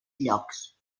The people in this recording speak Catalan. llocs